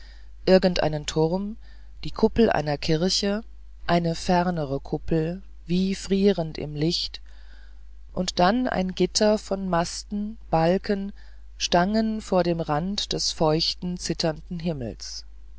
einen turm die kuppel einer kirche eine fernere kuppel wie frierend im licht und dann ein gitter von masten balken stangen vor dem rand des feuchten zitternden himmels